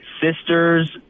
sister's